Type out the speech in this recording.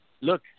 Look